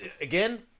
again